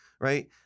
Right